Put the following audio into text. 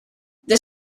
the